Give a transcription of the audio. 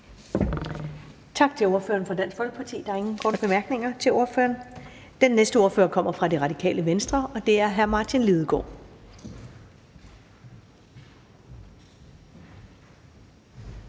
Tak til ordføreren for Dansk Folkeparti. Der er ingen korte bemærkninger til ordføreren. Den næste ordfører kommer fra Det Radikale Venstre, og det er hr. Martin Lidegaard.